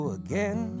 again